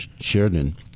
Sheridan